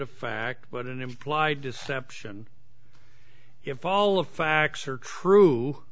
of fact but an implied deception if all of facts are true